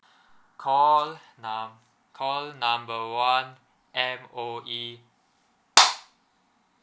call num~ call number one M_O_E